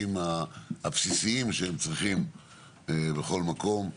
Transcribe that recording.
מהשירותים הבסיסים שהם צריכים בכל מקום.